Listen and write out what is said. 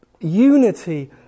unity